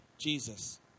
Jesus